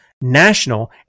national